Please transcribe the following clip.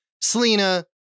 Selena